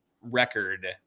record